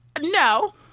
No